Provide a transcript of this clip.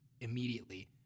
immediately